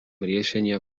riešenia